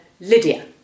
Lydia